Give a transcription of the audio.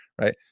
right